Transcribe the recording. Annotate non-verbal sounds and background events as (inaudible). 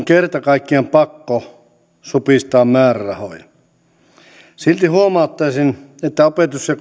(unintelligible) kerta kaikkiaan pakko supistaa määrärahoja silti huomauttaisin että opetus ja (unintelligible)